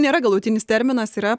nėra galutinis terminas yra